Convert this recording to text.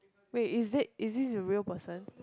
wait is that is this a real person